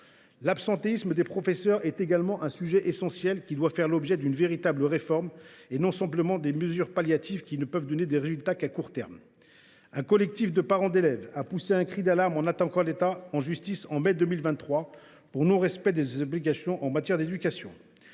L’absentéisme des professeurs est également un sujet essentiel, qui doit faire l’objet d’une véritable réforme et non simplement de mesures palliatives ne pouvant donner de résultats qu’à court terme. Un collectif de parents d’élèves a poussé un cri d’alarme en attaquant l’État en justice en mai 2023 pour non respect de ses obligations en matière d’éducation.